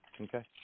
Okay